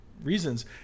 reasons